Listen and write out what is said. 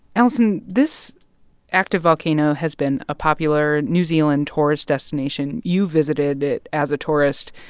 alison, this active volcano has been a popular new zealand tourist destination. you visited it as a tourist.